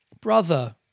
brother